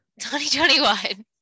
2021